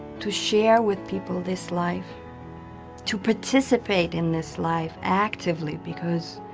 to share with, people this life to participate in this life, actively because